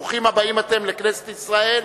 ברוכים הבאים, אתם, לכנסת ישראל.